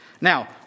Now